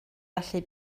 allu